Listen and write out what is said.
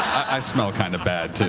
i smell kind of bad, too.